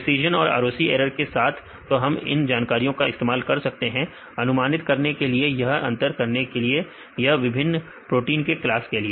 precision और ROC error के साथ तो हम इन जानकारियों का इस्तेमाल कर सकते हैं अनुमानित करने के लिए या अंतर करने के लिए या विभिन्न प्रोटीन के क्लास के लिए